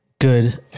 Good